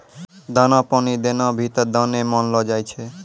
दाना पानी देना भी त दाने मानलो जाय छै